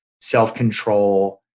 self-control